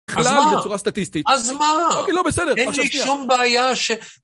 ??? זה בצורה סטטיסטית. אז מה? אוקיי, לא בסדר. אין לי שום בעיה ש...